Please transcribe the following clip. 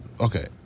okay